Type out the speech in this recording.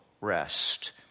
rest